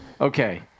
Okay